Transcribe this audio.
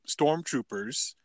stormtroopers